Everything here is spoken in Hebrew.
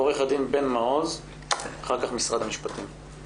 עו"ד בן מעוז ואחר כך נציגי משרד המשפטים.